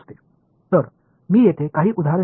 சில எடுத்துக்காட்டுகளை எடுத்து கொள்வோம்